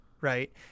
right